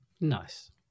nice